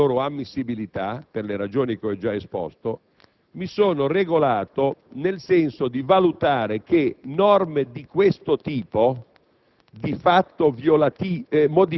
essendomi proposto il tema della loro ammissibilità per le ragioni che ho già esposto, mi sono regolato nel senso di valutare che norme di questo tipo,